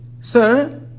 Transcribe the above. Sir